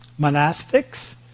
monastics